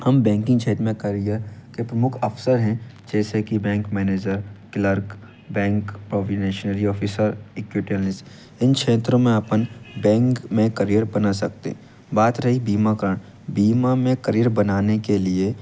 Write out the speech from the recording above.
हम बैंकिंग क्षेत्र में करियर के प्रमुख अवसर हैं जैसे कि bank manager clerk bank probationary officer equity analyst इन क्षेत्रों में अपन बैंक में करियर बना सकते बात रही बीमाकरण बीमा में करियर बनाने के लिए